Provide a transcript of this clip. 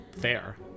fair